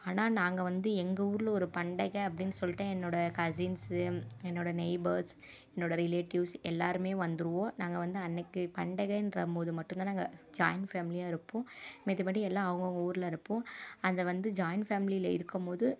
ஆனால் நாங்கள் வந்து எங்கள் ஊரில் ஒரு பண்டக அப்படின்னு சொல்லிட்டு என்னோட கஸின்ஸு என்னோடய நெய்பர்ஸ் என்னோட ரிலேட்டிவ்ஸ் எல்லாருமே வந்துருவோம் நாங்கள் வந்து அன்னைக்கு பண்டகன்றமோது மட்டும்தான் நாங்கள் ஜாய்ன் ஃபேமிலியாக இருப்போம் மத்தபடி எல்லாம் அவங்கவுங்க ஊரில் இருப்போம் அதை வந்து ஜாய்ன் ஃபேமிலியில் இருக்கும்மோது